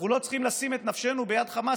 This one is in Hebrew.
אנחנו לא צריכים לשים את נפשנו ביד חמאס.